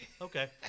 Okay